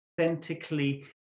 authentically